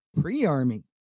pre-army